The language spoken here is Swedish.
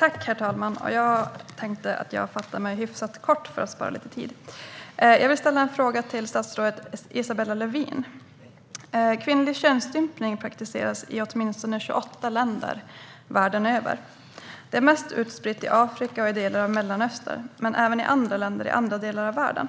Herr talman! Jag vill ställa en fråga till statsrådet Isabella Lövin. Kvinnlig könsstympning praktiseras i åtminstone 28 länder världen över. Det är mest utspritt i Afrika och delar av Mellanöstern, men det förekommer även i andra länder och i andra delar av världen.